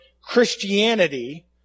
Christianity